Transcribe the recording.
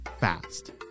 fast